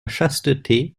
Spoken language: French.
chasteté